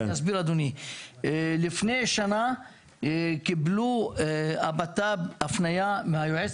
לפני שנה קיבלו הבט"פ הפניה מהיועץ